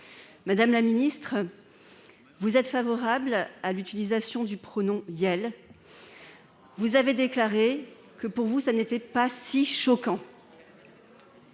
Madame la ministre, vous êtes favorable à l'utilisation du pronom « iel ». Vous avez déclaré que, pour vous, il n'était pas si choquant.